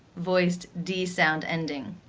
voiced d sound ending.